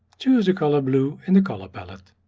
choose the color blue in the color palette.